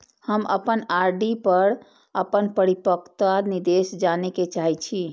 हम अपन आर.डी पर अपन परिपक्वता निर्देश जाने के चाहि छी